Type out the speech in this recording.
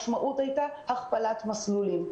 אז יש צורך בהכפלת מסלולים.